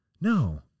No